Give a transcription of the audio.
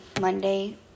Monday